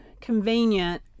convenient